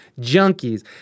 Junkies